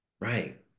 Right